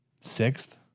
sixth